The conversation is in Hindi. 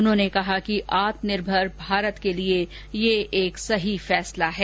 उन्होंने कहा कि आत्मनिर्भर भारत के लिए यह एक सही फैसला है